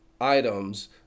items